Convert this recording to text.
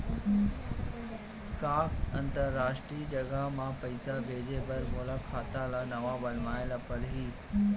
का अंतरराष्ट्रीय जगह म पइसा भेजे बर मोला खाता ल नवा बनवाना पड़ही?